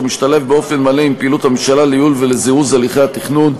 ומשתלב באופן מלא עם פעילות הממשלה לייעול ולזירוז הליכי התכנון,